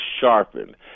sharpened